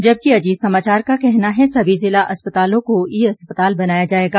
जबकि अजीत समाचार का कहना है सभी जिला अस्पतालों को ई अस्पताल बनाया जाएगा